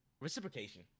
reciprocation